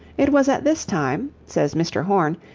it was at this time, says mr. horne,